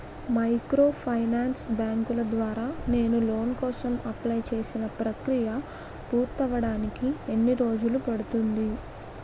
Microfinance బ్యాంకుల ద్వారా నేను లోన్ కోసం అప్లయ్ చేసిన ప్రక్రియ పూర్తవడానికి ఎన్ని రోజులు పడుతుంది?